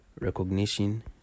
recognition